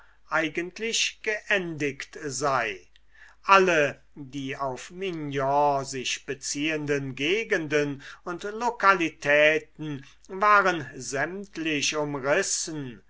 eigentlich geendigt sei alle die auf mignon sich beziehenden gegenden und lokalitäten waren sämtlich umrissen